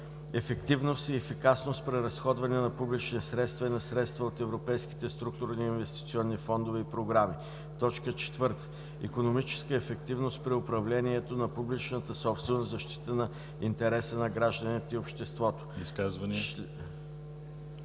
ефективност и ефикасност при разходването на публични средства и на средства от европейските структурни и инвестиционни фондове и програми. 4. икономическа ефективност при управлението на публичната собственост в защита интереса на гражданите и обществото.“